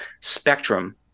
spectrum